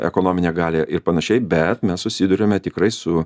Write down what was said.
ekonominę galią ir panašiai bet mes susiduriame tikrai su